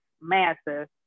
massive